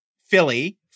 Philly